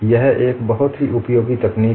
यह एक बहुत ही उपयोगी तकनीक है